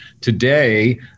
Today